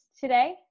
today